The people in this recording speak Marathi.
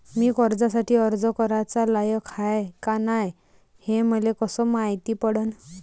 मी कर्जासाठी अर्ज कराचा लायक हाय का नाय हे मले कसं मायती पडन?